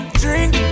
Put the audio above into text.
drink